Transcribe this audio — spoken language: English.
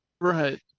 Right